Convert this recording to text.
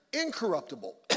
incorruptible